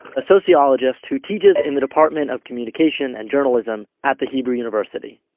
a sociologist who teaches in the department of communication and journalism at the hebrew university.